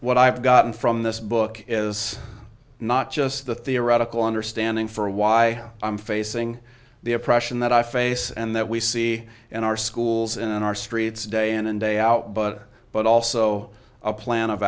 what i've gotten from this book is not just the theoretical understanding for why i'm facing the oppression that i face and that we see in our schools and on our streets day in and day out but but also a plan of